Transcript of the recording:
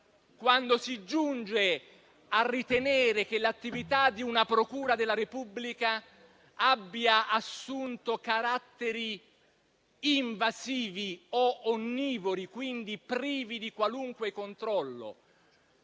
quando si giunge a ritenere che l'attività di una procura della Repubblica abbia assunto caratteri invasivi o onnivori, e quindi privi di qualunque controllo;